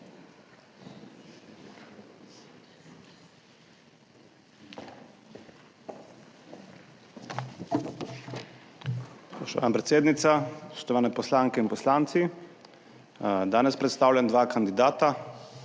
Spoštovana predsednica, spoštovani poslanke in poslanci! Danes predstavljam dva kandidata,